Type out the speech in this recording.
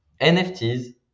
NFTs